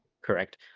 correct